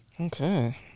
Okay